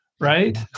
right